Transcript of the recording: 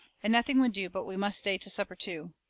and nothing would do but we must stay to supper, too.